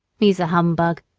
he's a humbug,